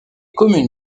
communes